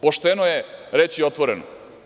Pošteno je reći otvoreno.